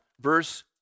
verse